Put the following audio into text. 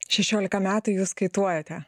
šešiolika metų jūs kaituojate